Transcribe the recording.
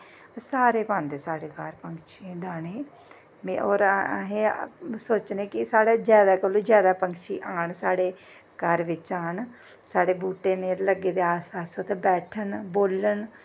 सारे पांदे साढ़े घर पंक्षियें गी दानें होर अस सोचने कि साढ़ै जैदा कोला दा जैदा पंक्षी आन साढ़ै घर बिच्च आन साढ़ै बूह्टे न लग्गे दे उत्थै बैठन बोलन